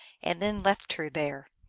and then left her there.